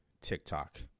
TikTok